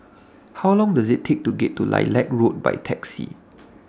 How Long Does IT Take to get to Lilac Road By Taxi